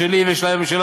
שלי ושל הממשלה.